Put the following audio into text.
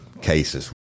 cases